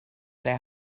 their